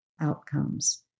outcomes